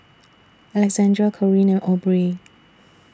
Alexandria Corinne Aubrey